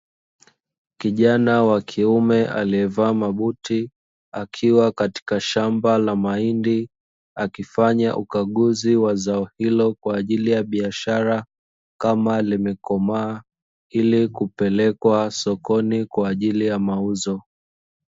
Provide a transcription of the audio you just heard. Kijana wa kiume aliyevaa mabuti akiwa katika shamba la mahindi akifanya ukaguzi wa zao hilo kwa ajili ya biashara kama limekomaa ili kupelekwa sokoni kwa ajili ya mauzo.